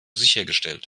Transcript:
sichergestellt